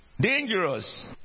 dangerous